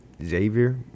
Xavier